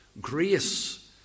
grace